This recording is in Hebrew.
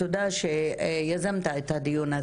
תודה שיזמת את הדיון,